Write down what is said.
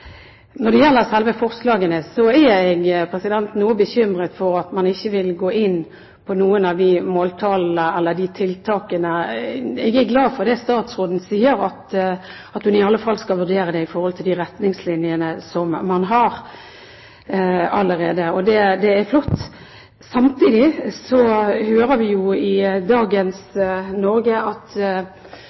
Når det gjelder selve forslagene, er jeg noe bekymret for at man ikke vil gå inn på noen av måltallene eller tiltakene. Jeg er glad for det statsråden sier om at hun i alle fall skal vurdere det i forhold til de retningslinjene man har allerede. Det er flott. Samtidig hører vi i dagens Norge at